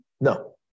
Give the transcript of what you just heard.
No